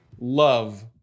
love